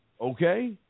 Okay